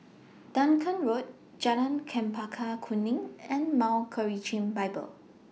Dunearn Road Jalan Chempaka Kuning and Mount Gerizim Bible